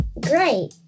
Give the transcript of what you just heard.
Great